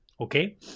Okay